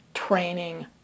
training